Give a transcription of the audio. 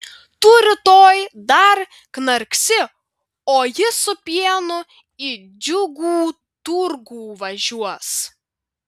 tu rytoj dar knarksi o jis su pienu į džiugų turgų važiuos